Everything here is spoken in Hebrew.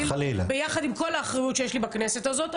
ביחד עם כל האחריות שיש לי בכנסת הזאת,